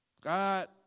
God